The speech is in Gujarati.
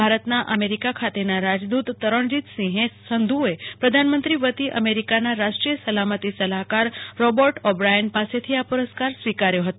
ભારતના અમેરિકા ખાતેના રાજદુત તરણજીતસિંહ સંધુએ પ્રધાનમંત્રી વતી અમેરિકાના રાષ્ટ્રીય સલામતી સલાહકાર રોબર્ટ ઓબ્રાયન પાસેથી આ પુરસ્કાર સ્વીકાર્યો હતો